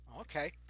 Okay